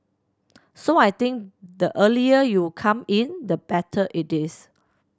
so I think the earlier you come in the better it is